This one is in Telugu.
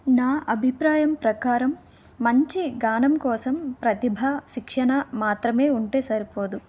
నా అభిప్రాయం ప్రకారం మంచి గానం కోసం ప్రతిభ శిక్షణ మాత్రమే ఉంటే సరిపోదు